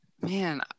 man